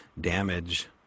damage